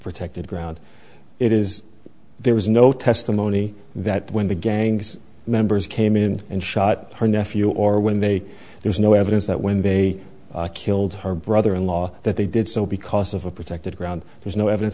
protected ground it is there was no testimony that when the gang members came in and shot her nephew or when they there's no evidence that when they killed her brother in law that they did so because of a protected ground there's no evidence